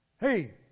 Hey